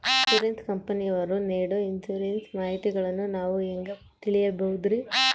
Insurance ಕಂಪನಿಯವರು ನೇಡೊ insurance ಮಾಹಿತಿಗಳನ್ನು ನಾವು ಹೆಂಗ ತಿಳಿಬಹುದ್ರಿ?